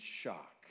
shock